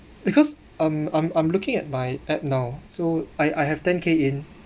because um I'm I'm looking at my app now so I I have ten K in